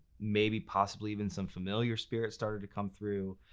maybe possibly even some familiar spirits started to come through.